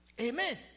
Amen